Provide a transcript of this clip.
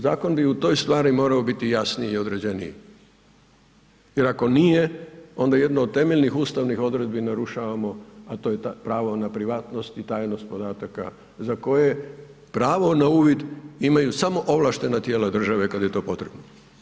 Zakon bi u toj stvari morao biti jasniji i određeniji jer ako nije, onda jedna od temeljnih ustavnih uredbi narušavamo a to je ta pravo na privatnost i tajnost podataka uza koje pravo na uvid imaju samo ovlaštena tijela države kad je to potrebno.